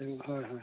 এই হয় হয়